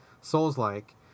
Souls-like